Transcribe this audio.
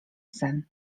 sen